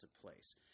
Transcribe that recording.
place